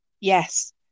Yes